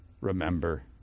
remember